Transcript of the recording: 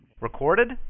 Recorded